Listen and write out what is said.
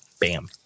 Bam